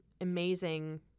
amazing